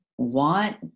want